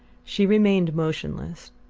she remained motionless,